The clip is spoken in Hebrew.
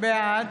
בעד